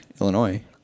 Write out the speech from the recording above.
Illinois